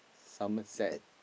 Somerset